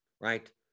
right